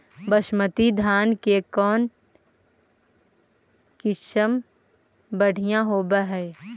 बासमती धान के कौन किसम बँढ़िया होब है?